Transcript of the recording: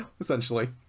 essentially